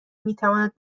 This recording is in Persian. میتواند